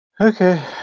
Okay